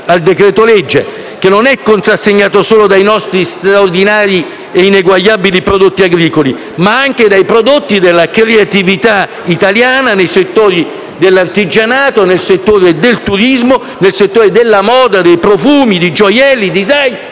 al decreto-legge, che non è contrassegnato solo dai nostri straordinari e ineguagliabili prodotti agricoli, ma anche dai prodotti della creatività italiana nei settori dell'artigianato, del turismo, della moda, dei profumi, dei gioielli, del